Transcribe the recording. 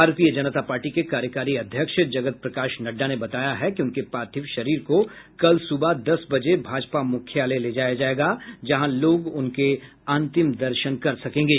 भारतीय जनता पार्टी के कार्यकारी अध्यक्ष जगत प्रकाश नड्डा ने बताया है कि उनके पार्थिव शरीर को कल सुबह दस बजे भाजपा मुख्यालय ले जाया जायेगा जहां लोग उनके अंतिम दर्शन कर सकेंगे